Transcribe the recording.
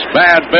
bad